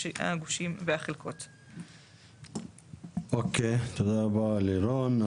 39113 - חלקי חלקה 21. תודה רבה לירון,